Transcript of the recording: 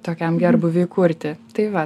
tokiam gerbūviui kurti tai va